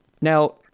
Now